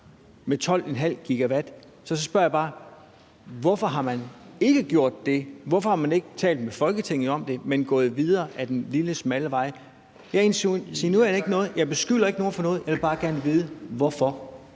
med 12,5 GW. Så nu spørger jeg bare: Hvorfor har man ikke gjort det? Hvorfor har man ikke talt med Folketinget om det, men er gået videre ad den lille, smalle vej? Jeg insinuerer ikke noget, og jeg beskylder ikke nogen for noget. Jeg vil bare gerne vide hvorfor.